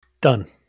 Done